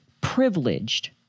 privileged